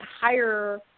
higher